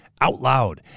OUTLOUD